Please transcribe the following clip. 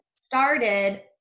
started